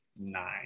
nine